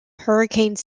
hurricane